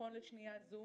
נכון לשנייה זו